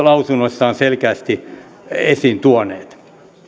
lausunnoissaan selkeästi esiin tuoneet